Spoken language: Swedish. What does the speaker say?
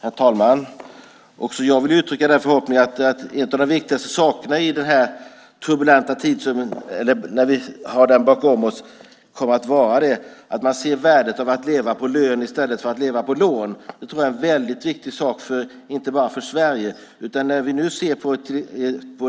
Herr talman! Också jag vill uttrycka en förhoppning om att vi när vi har denna turbulenta tid bakom oss kommer att se värdet av att leva på lön i stället för på lån. Det tror jag är en väldigt viktig sak, inte bara för Sverige.